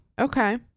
Okay